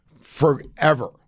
forever